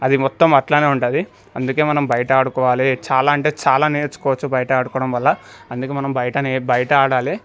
అది మొత్తం అట్లనే ఉంటుంది అందుకే మనం బయట ఆడుకోవాలి చాలా అంటే చాలా నేర్చుకోవచ్చు బయట ఆడుకోవడం వల్ల అందుకు మనం బయటనే బయట ఆడాలి